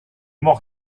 mag